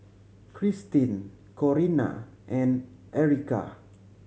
Krystin Corinna and Erykah